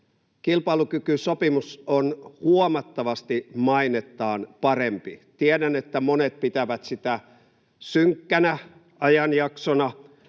Kilpailukykysopimus on huomattavasti mainettaan parempi. Tiedän, että monet pitävät sitä synkkänä ajanjaksona